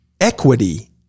equity